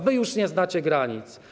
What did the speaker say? Wy już nie znacie granic.